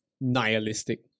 nihilistic